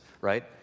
right